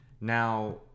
Now